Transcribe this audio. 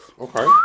Okay